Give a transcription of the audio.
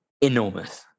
enormous